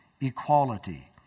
equality